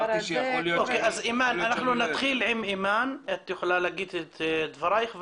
אז נתחיל אתך, ותוכלי להגיד את דברייך.